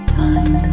time